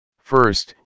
First